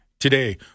today